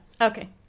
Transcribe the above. Okay